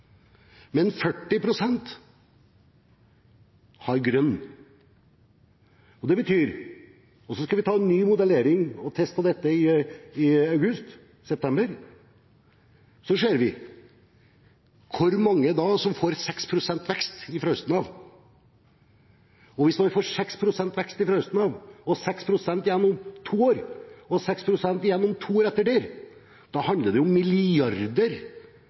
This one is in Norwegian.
Men 40 pst. har grønt utslag. Vi skal ha en ny evaluering og test av dette i august/september, så ser vi hvor mange som får 6 pst. vekst fra høsten av. Hvis man får 6 pst. vekst fra høsten av, 6 pst. igjen om to år, og 6 pst. to år etter det igjen, handler det om milliarder